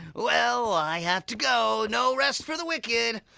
well, i have to go. no rest for the wicked!